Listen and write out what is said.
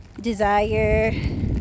desire